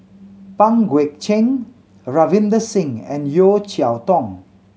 Pang Guek Cheng Ravinder Singh and Yeo Cheow Tong